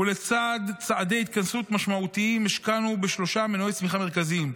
ולצד צעדי התכנסות משמעותיים השקענו בשלושה מנועי צמיחה מרכזיים: